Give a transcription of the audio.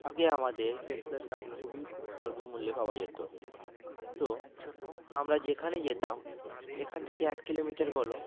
আগে আমাদের পেট্রোলের দাম খুবই খুব স্বল্প মূল্যে পাওয়া যেত তো আমরা যেখানে যেতাম এখান থেকে এক কিলোমিটার বলো